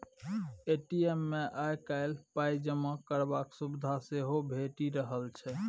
ATM मे आइ काल्हि पाइ जमा करबाक सुविधा सेहो भेटि रहल छै